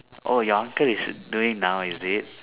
oh your uncle is doing now is it